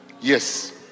yes